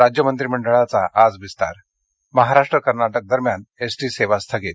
राज्य मंत्रीमंडळाचा आज विस्तार महाराष्ट्र कर्नाटकदरम्यान एसटी सेवा स्थगित